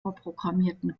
vorprogrammierten